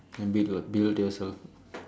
then build would build yourself